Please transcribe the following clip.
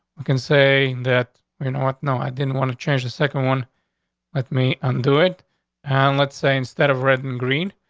we can say that you know what? no, i didn't want to change the second one with me. undo it on. and let's say instead of red and green,